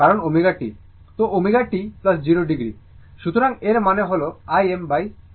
তো ω t 0o সুতরাং এর মানে হল Im √ 2 0 o